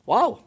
Wow